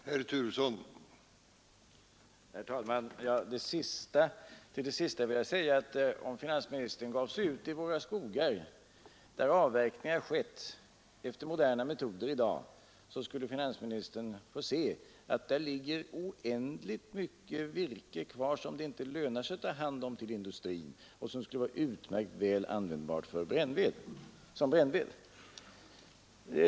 Herr talman! Till det senast anförda vill jag säga att om finansministern gav sig ut i våra skogar där avverkningar skett efter moderna metoder i dag, så skulle finansministern få se att där ligger oändligt mycket virke kvar som det inte lönar sig att ta hand om till industrin och som skulle vara utmärkt väl användbart som brännved.